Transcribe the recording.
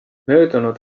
möödunud